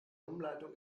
umleitung